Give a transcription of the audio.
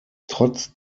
trotz